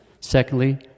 secondly